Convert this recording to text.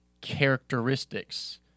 characteristics